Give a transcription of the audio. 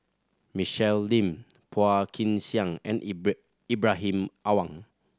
Michelle Lim Phua Kin Siang and Ibrahim Awang